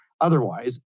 otherwise